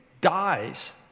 dies